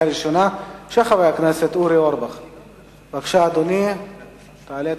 התקבלה בקריאה ראשונה ותמשיך לדיון לקראת קריאה שנייה ושלישית בוועדת